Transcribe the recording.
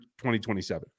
2027